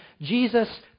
Jesus